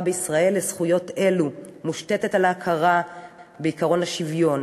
בישראל לזכויות אלה מושתתות על ההכרה בעקרון השוויון,